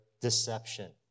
deception